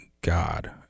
God